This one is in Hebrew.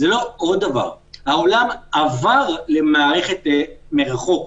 העולם עבר למערכת מרחוק.